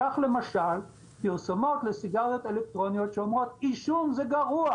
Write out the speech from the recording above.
כך למשל פרסומות לסיגריות אלקטרוניות שאומרות עישון זה גרוע,